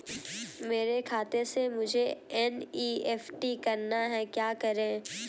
मेरे खाते से मुझे एन.ई.एफ.टी करना है क्या करें?